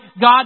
God